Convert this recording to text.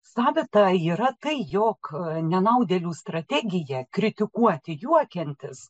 savita yra tai jog nenaudėlių strategija kritikuoti juokiantis